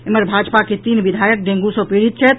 एम्हर भाजपा के तीन विधायक डेंगू सॅ पीड़ित छथि